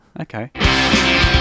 Okay